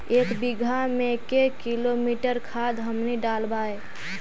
एक बीघा मे के किलोग्राम खाद हमनि डालबाय?